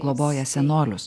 globoja senolius